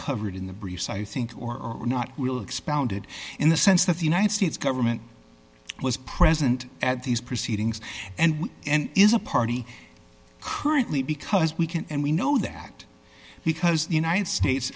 covered in the briefs i think or not will expounded in the sense that the united states government was present at these proceedings and and is a party currently because we can and we know that because the united states